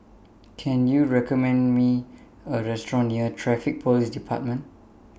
Can YOU recommend Me A Restaurant near Traffic Police department